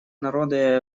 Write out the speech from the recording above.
народа